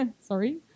Sorry